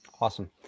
awesome